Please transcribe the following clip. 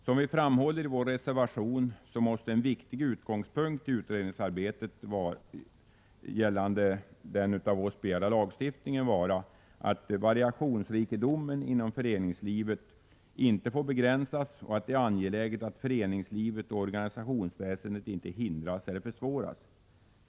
Som vi framhåller i vår reservation måste en viktig utgångspunkt för utredningsarbetet gällande den av oss begärda lagstiftningen vara att variationsrikedomen inom föreningslivet ej får begränsas och att det är angeläget att verksamheten inom föreningslivet och organisationsväsendet inte hindras eller försvåras.